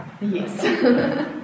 Yes